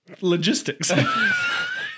logistics